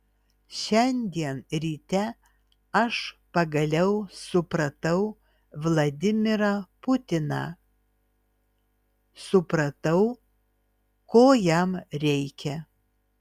šiandien ryte aš pagaliau supratau vladimirą putiną supratau ko jam reikia